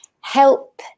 help